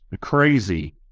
crazy